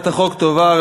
(הצעת מועמדים לכהונת מבקר המדינה),